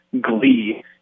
glee